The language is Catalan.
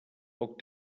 poc